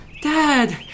Dad